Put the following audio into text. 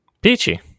Peachy